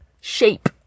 shape